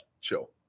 Chill